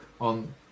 on